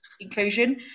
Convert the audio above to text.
inclusion